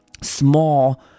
small